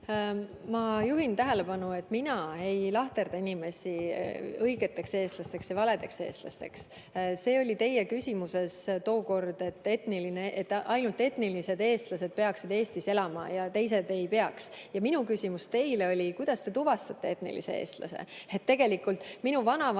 Ma juhin tähelepanu, et mina ei lahterda inimesi õigeteks eestlasteks ja valedeks eestlasteks. See oli teie küsimuses tookord, et ainult etnilised eestlased peaksid Eestis elama ja teised ei peaks. Minu küsimus teile oli, kuidas te tuvastate etnilise eestlase. Minu vanavanaema